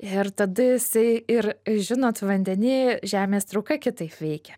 ir tada jisai ir žinot vandeny žemės trauka kitaip veikia